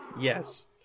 Yes